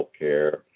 healthcare